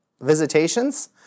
visitations